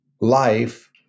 life